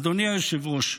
אדוני היושב-ראש,